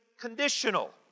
conditional